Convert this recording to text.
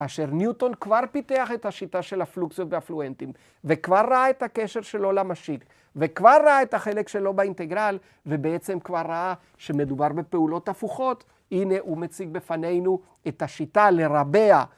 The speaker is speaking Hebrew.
כ‫אשר ניוטון כבר פיתח את השיטה ‫של הפלוקציות והפלואנטים, ‫וכבר ראה את הקשר שלו למשיק, ‫וכבר ראה את החלק שלו באינטגרל, ‫ובעצם כבר ראה שמדובר ‫בפעולות הפוכות, ‫הנה הוא מציג בפנינו ‫את השיטה לרבע.